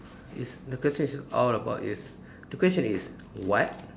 is the question is all about is the question is what